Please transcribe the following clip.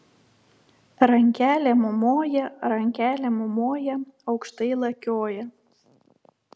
rankelėm moja rankelėm moja aukštai lakioja